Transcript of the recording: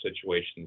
situations